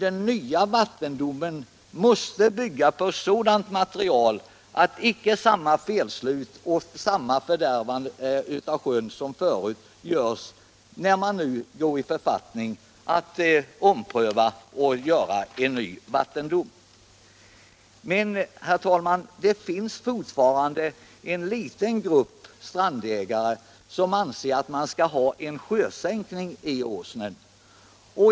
Den nya vattendomen måste bygga på sådant material att samma felslut och samma fördärvande av sjön undviks när man nu går i författning om att ompröva den tidigare domen. Men det finns fortfarande en liten grupp strandägare som anser att man skall ha en sjösänkning i Åsnen.